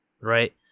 right